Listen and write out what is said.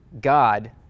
God